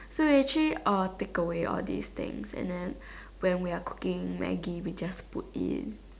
so we actually uh take away all these things and then when we are cooking Maggi we just put in